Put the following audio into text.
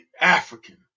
African